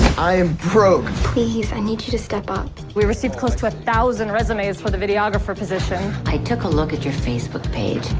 i am broke. please, i need you to step up. we've received close to a thousand resumes for the videographer position. i took a look at your facebook page,